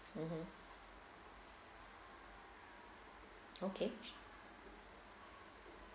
mmhmm okay